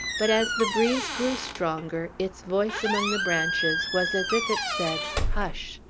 but, as the breeze grew stronger, its voice among the branches was as if it said, hush!